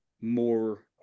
more